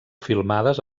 filmades